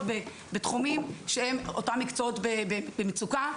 בתחומים שהם אותם מקצועות במצוקה,